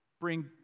bring